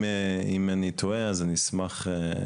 אם אני טועה אז אני אשמח,